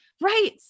Right